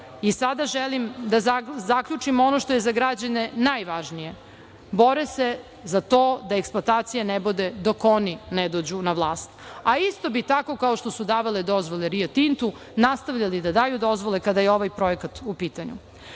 i sada želim da zaključim ono što je za građane najvažnije - bore se za to da eksploatacije ne bude dok oni ne dođu na vlast, a isto bi tako kao što su davali dozvole Rio Tintu nastavljali da daju dozvole kada je ovaj projekat u